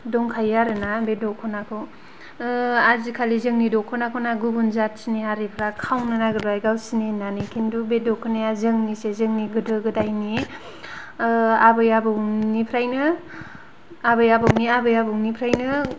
दंखायो आरो ना बे दखनाखौ आजिकालि जोंनि दखनाखौना गुबुन हारिफ्रा खावनो नागिरबाय गावसिनि होन्नानै खिन्थु बे दखनाया जोंनिसो जोंनि गोदो गोदायनि आबै आबौनिफ्रायनो आबै आबौनि आबै आबौनिफ्रायनो